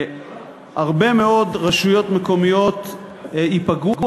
הרבה מאוד רשויות מקומיות ייפגעו,